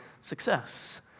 success